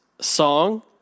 song